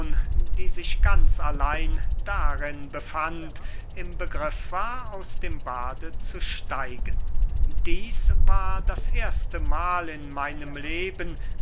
die sich ganz allein darin befand im begriff war aus dem bade zu steigen dieß war das erste mahl in meinem leben